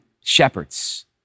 shepherds